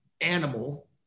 animal